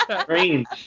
strange